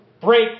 break